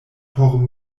por